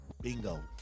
Bingo